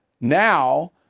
now